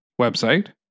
website